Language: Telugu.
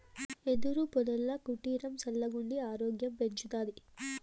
యెదురు పొదల కుటీరం సల్లగుండి ఆరోగ్యం పెంచతాది